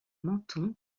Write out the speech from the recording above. menton